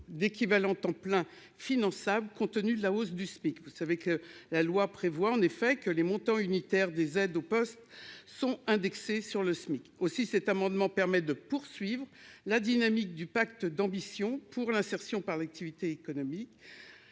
d'équivalents temps plein finançable, compte tenu de la hausse du SMIC, vous savez que la loi prévoit en effet que les montants unitaires des aides au poste sont indexés sur le SMIC aussi cet amendement permet de poursuivre la dynamique du pacte d'ambition pour l'insertion par l'activité économique